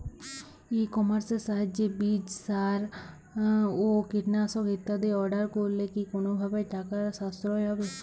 ই কমার্সের সাহায্যে বীজ সার ও কীটনাশক ইত্যাদি অর্ডার করলে কি কোনোভাবে টাকার সাশ্রয় হবে?